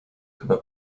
chyba